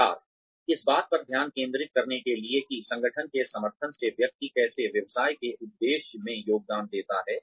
संचार इस बात पर ध्यान केंद्रित करने के लिए कि संगठन के समर्थन से व्यक्ति कैसे व्यवसाय के उद्देश्य में योगदान देता है